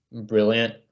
brilliant